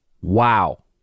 Wow